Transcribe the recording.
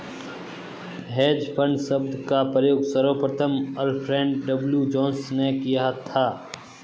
hedge fund शब्द का प्रयोग सर्वप्रथम अल्फ्रेड डब्ल्यू जोंस ने किया था